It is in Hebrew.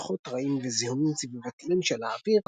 ריחות רעים וזיהומים סביבתיים של האוויר,